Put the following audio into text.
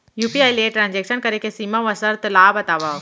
UPI ले transaction करे के सीमा व शर्त ला बतावव?